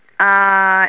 uh